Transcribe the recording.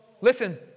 Listen